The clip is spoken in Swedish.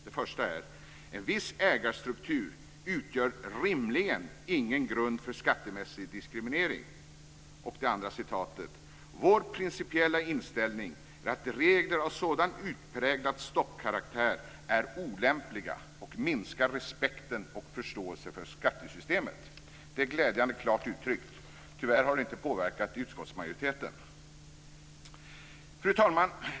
Det första är: "En viss ägarstruktur utgör rimligen ingen grund för skattemässig diskriminering." Det andra citatet är: "Vår principiella inställning är att regler av sådan utpräglad stoppkaraktär är olämpliga och minskar respekten och förståelsen för skattesystemet." Det är glädjande klart uttryckt. Tyvärr har det inte påverkat utskottsmajoriteten. Fru talman!